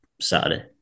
Saturday